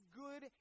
good